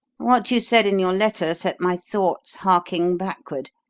what you said in your letter set my thoughts harking backward,